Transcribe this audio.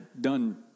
done